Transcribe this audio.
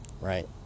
Right